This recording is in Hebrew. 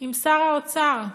עם שר האוצר.